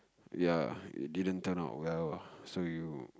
ya it didn't turn out well ah so you